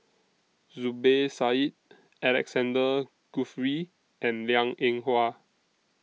Zubir Said Alexander Guthrie and Liang Eng Hwa